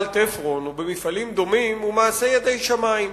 "תפרון" או במפעלים דומים הוא מידי שמים.